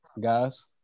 guys